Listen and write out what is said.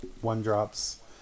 one-drops